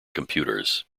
computers